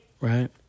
right